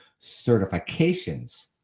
certifications